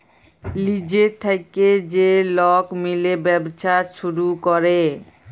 লিজের থ্যাইকে যে লক মিলে ব্যবছা ছুরু ক্যরে